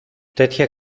τέτοια